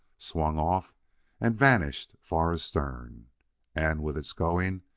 swung off and vanished far astern. and, with its going,